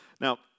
Now